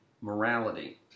morality